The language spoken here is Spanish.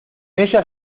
ella